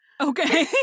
Okay